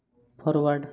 ବାମ